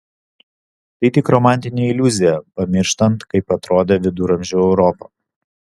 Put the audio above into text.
tai tik romantinė iliuzija pamirštant kaip atrodė viduramžių europa